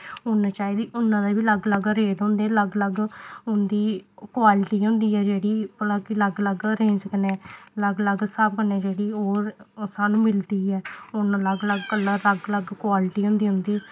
उन्न चाहिदी उन्ना दे बी अलग अलग रेट होंदे अलग अलग उं'दी क्वालिटी होंदी ऐ जेह्ड़ी अलग अलग अलग रेंज़ कन्नै अलग अलग स्हाब कन्नै जेह्ड़ी ओह् सानूं मिलदी ऐ उन्न अलग अलग कलर अलग अलग क्वालिटी होंदी उं'दी